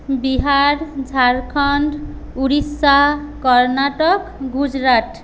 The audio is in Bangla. বিহার ঝাড়খণ্ড উড়িষ্যা কর্ণাটক গুজরাট